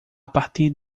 partir